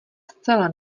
zcela